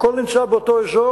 הכול נמצא באותו אזור,